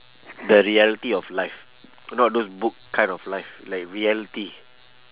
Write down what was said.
the reality of life not those book kind of life like reality